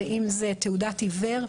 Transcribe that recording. ואם זו תעודת עיוור,